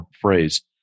phrase